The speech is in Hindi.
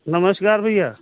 नमस्कार भैया